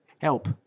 help